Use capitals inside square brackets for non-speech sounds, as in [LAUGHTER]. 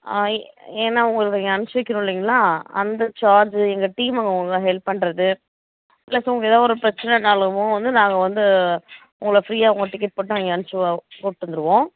ஆ ஏன்னா உங்களை [UNINTELLIGIBLE] அனுப்பிச்சி வைக்கிறோம் இல்லைங்களா அந்த சார்ஜி எங்கள் டீம் அங்கே [UNINTELLIGIBLE] ஹெல்ப் பண்ணுறது இல்லை சு உங்கள் எதா பிரச்சனனாலுமோ வந்து நாங்கள் வந்து உங்களை ஃப்ரீயாக உங்களை டிக்கெட் போட்டு அங்கே அமிச்சி கூப்பிட்டு வந்துருவோம்